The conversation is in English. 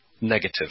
negative